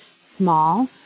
small